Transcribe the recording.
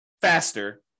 faster